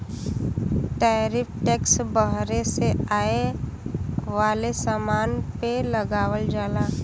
tariff tax बहरे से आये वाले समान पे लगावल जाला